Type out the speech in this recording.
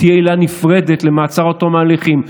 תהיה עילה נפרדת למעצר עד תום ההליכים,